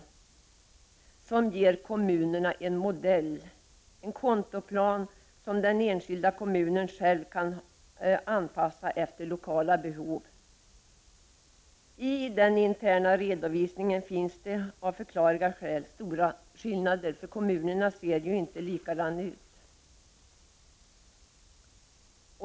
Denna skall ge kommunerna en modell, en kontoplan som den enskilda kommunen själv kan anpassa efter lokala behov. I den interna redovisningen finns det av förklarliga skäl stora skillnader. Kommunerna ser inte likadana ut.